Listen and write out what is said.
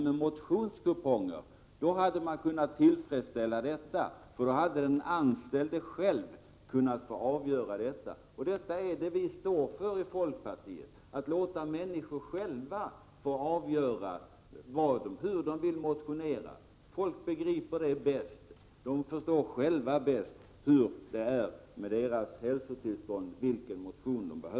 Med motionskuponger hade man kunnat tillfredsställa individuella behov och önskemål. Då hade den anställde själv kunnat få avgöra. Det är detta vi står för i folkpartiet, att låta människor själva få avgöra hur de vill motionera. Folk förstår själva bäst vilken motion de behöver med hänsyn till sitt hälsotillstånd.